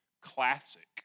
classic